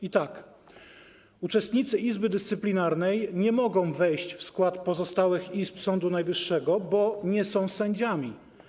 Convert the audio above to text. I tak: uczestnicy Izby Dyscyplinarnej nie mogą wejść w skład pozostałych izb Sądu Najwyższego, bo nie są sędziami.